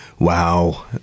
Wow